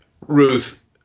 Ruth